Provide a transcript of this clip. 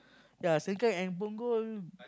ya Sengkang and Punggol